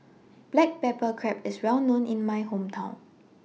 Black Pepper Crab IS Well known in My Hometown